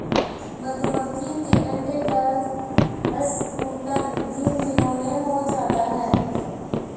मधुमक्खी के अंडे का स्फुटन तीन दिनों में हो जाता है